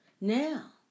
Now